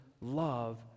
love